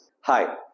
Hi